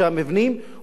ומצד שני,